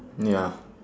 ya